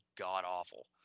god-awful